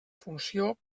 funció